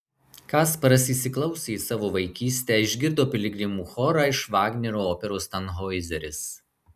kasparas įsiklausė į savo vaikystę išgirdo piligrimų chorą iš vagnerio operos tanhoizeris